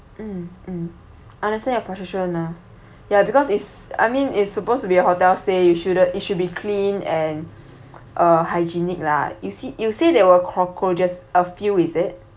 mm mm honestly I'm quite sur~ ah ya because it's I mean it's supposed to be a hotel stay you shouldn't it should be clean and uh hygienic lah you see you say there were cockroaches a few is it